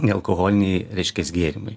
nealkoholiniai reiškiasi gėrimai